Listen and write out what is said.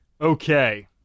Okay